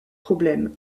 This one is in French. problèmes